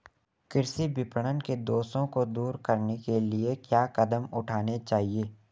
कृषि विपणन के दोषों को दूर करने के लिए क्या कदम उठाने चाहिए?